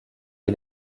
est